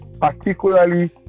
particularly